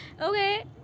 Okay